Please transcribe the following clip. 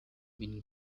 been